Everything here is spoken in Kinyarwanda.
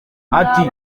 ati